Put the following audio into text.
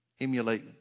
emulate